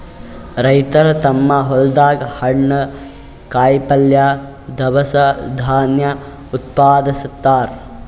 ರೈತರ್ ತಮ್ಮ್ ಹೊಲ್ದಾಗ ಹಣ್ಣ್, ಕಾಯಿಪಲ್ಯ, ದವಸ ಧಾನ್ಯ ಉತ್ಪಾದಸ್ತಾರ್